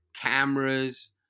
cameras